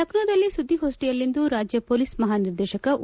ಲಕ್ಷೋದಲ್ಲಿ ಸುದ್ವಿಗೋಷ್ಠಿಯಲ್ಲಿಂದು ರಾಜ್ಯ ಪೊಲೀಸ್ ಮಹಾನಿರ್ದೇಶಕ ಒ